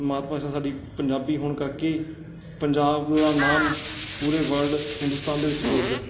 ਮਾਤ ਭਾਸ਼ਾ ਸਾਡੀ ਪੰਜਾਬੀ ਹੋਣ ਕਰਕੇ ਪੰਜਾਬ ਦਾ ਨਾਮ ਪੂਰੇ ਵਰਲਡ ਹਿੰਦੁਸਤਾਨ ਦੇ ਵਿੱਚ ਗੂੰਜਦਾ ਹੈ